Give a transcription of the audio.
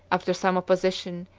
after some opposition,